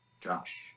Josh